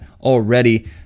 already